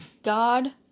God